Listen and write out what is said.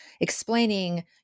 explaining